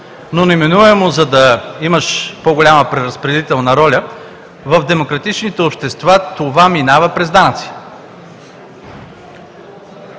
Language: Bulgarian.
но неминуемо, за да имаш по-голяма преразпределителна роля, в демократичните общества това минава през данъци.